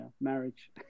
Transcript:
marriage